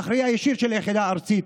האחראי הישיר על היחידה הארצית.